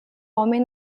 homem